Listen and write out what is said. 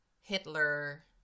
Hitler